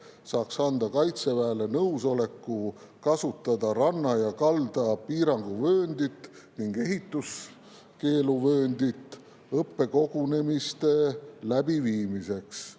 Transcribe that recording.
saaks anda Kaitseväele nõusoleku kasutada ranna ja kalda piiranguvööndit ning ehituskeeluvööndit õppekogunemiste läbiviimiseks.